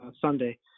Sunday